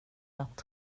att